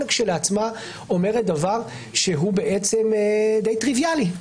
כשלעצמה אומרת דבר שהוא בעצם די טריוויאלי,